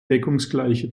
deckungsgleiche